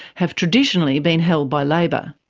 have traditionally been held by labor.